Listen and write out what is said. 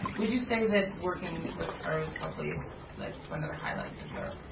would you say that working with her is probably like one of the highlights of your.